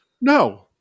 no